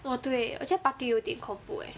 orh 对我觉得 parking 有点恐怖 eh